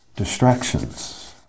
Distractions